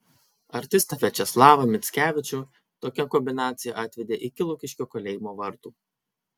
artistą viačeslavą mickevičių tokia kombinacija atvedė iki lukiškių kalėjimo vartų